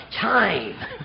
Time